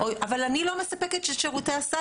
אבל אני לא מספקת את שירותי הסל,